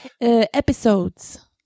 episodes